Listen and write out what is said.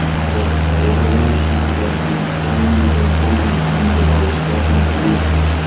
got revelation that he explained so many times, about plasma dilution.